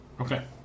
Okay